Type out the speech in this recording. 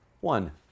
one